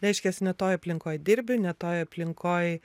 reiškias ne toj aplinkoj dirbi ne toj aplinkoj